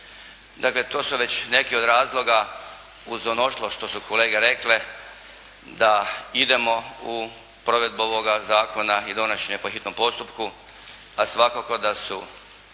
Dakle, to su već neki od razloga uz mnoštvo što su kolege rekle da idemo u provedbu ovoga zakona i donošenje po hitnom postupku, a svakako da su